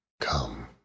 come